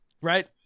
Right